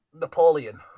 Napoleon